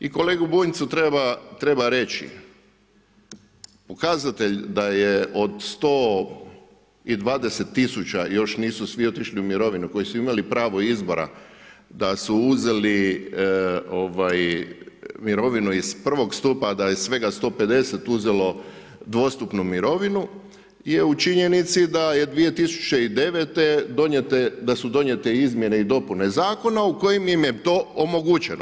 I kolegi Bunjcu treba reći pokazatelj da je od 120 tisuća još nisu svi otišli u mirovinu koji su imali pravo izbora, da su uzeli mirovinu iz prvog stupa, a da je svega 150 uzelo dvostupnu mirovinu je u činjenici da je 2009. donijeto izmjene i dopune zakona u kojim im je to omogućeno.